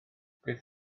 beth